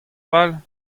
fall